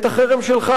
את החרם שלך,